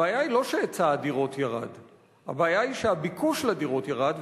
הבעיה היא לא שהיצע הדירות ירד; הבעיה היא שהביקוש לדירות ירד,